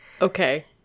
okay